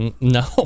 no